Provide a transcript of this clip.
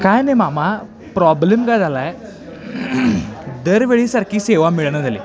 काही नाही मामा प्रॉब्लेम काय झाला आहे दरवेळेसारखी सेवा मिळेना झाली